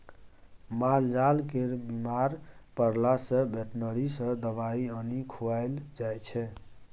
मालजाल केर बीमार परला सँ बेटनरी सँ दबाइ आनि खुआएल जाइ छै